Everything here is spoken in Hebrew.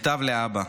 מכתב לאבא: